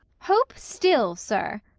hope still, sir.